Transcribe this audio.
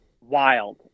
Wild